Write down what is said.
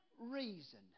reason